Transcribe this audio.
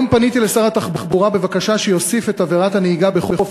היום פניתי לשר התחבורה בבקשה שיוסיף את עבירת הנהיגה בחוף